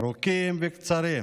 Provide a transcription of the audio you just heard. ארוכים וקצרים,